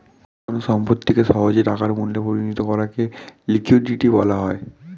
কোন সম্পত্তিকে সহজে টাকার মূল্যে পরিণত করাকে লিকুইডিটি বলা হয়